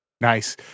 Nice